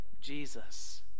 Jesus